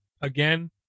Again